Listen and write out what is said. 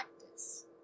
practice